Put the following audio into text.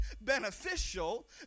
beneficial